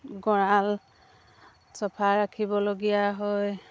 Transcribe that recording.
গঁৰাল চাফা ৰাখিবলগীয়া হয়